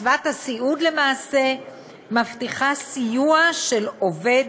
קצבת הסיעוד למעשה מבטיחה סיוע של עובד